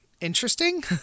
interesting